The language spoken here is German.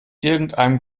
irgendeinem